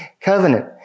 covenant